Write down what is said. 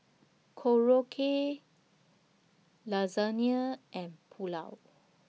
Korokke Lasagne and Pulao